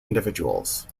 individuals